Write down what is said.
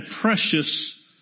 precious